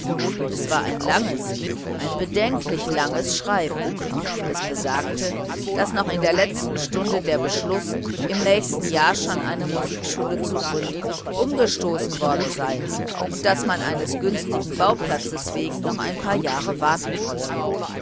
es war ein langes ein bedenklich langes telegramm es besagte daß noch in der letzten stunde der beschluß im nächsten jahre schon eine musikschule zu gründen umgestoßen worden sei und man eines günstigen bauplatzes wegen noch ein paar jahre warten wolle